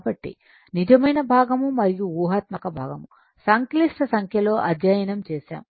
కాబట్టి నిజమైన భాగం మరియు ఊహాత్మక భాగం సంక్లిష్ట సంఖ్యలో అధ్యయనం చేసాం